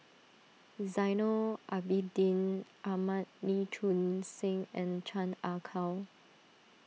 Zainal Abidin Ahmad Lee Choon Seng and Chan Ah Kow